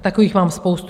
Takových mám spoustu.